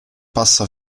passa